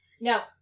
No